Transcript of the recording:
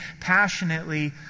passionately